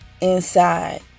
inside